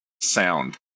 sound